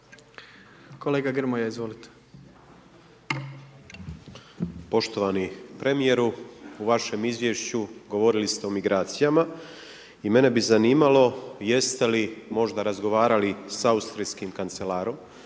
**Grmoja, Nikola (MOST)** Poštovani premijeru, u vašem izvješću govorili ste o migracijama i mene bi zanimalo jeste li možda razgovarali sa austrijskim kancelarom,